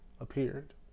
appeared